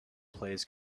plays